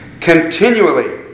Continually